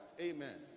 Amen